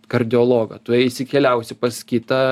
kardiologą tu eisi keliausi pas kitą